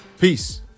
Peace